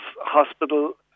hospital